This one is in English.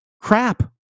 crap